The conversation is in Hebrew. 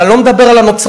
ואני לא מדבר על הנוצרים,